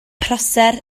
prosser